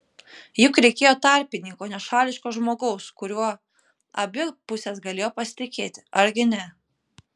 juk reikėjo tarpininko nešališko žmogaus kuriuo abi pusės galėjo pasitikėti argi ne